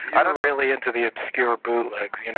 i'm really into the obscure bootlegs, you know